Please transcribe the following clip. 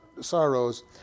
sorrows